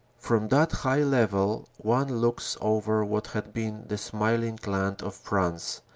from that high level one looks over what had been the smiling land of france,